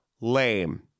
lame